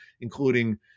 including